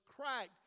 cracked